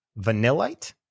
Vanillite